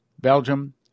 Belgium